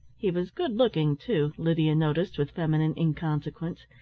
he was good-looking too, lydia noticed with feminine inconsequence,